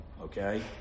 okay